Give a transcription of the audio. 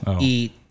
eat